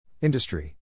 Industry